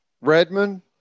Redmond